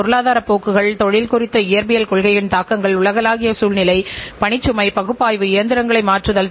அதாவது ஒட்டுமொத்தமாக நிறுவனத்திற்கான வரவு செலவுத் திட்டத்தை நீங்கள் தயாரித்தால் நீங்கள் பட்ஜெட் செய்யப்பட்ட வருமான அறிக்கையைத் தயாரிக்கிறீர்கள் என்பதைக் கூறலாம்